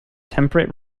temperate